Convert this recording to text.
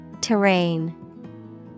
Terrain